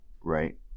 right